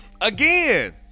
Again